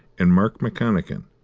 and mark mcconachan,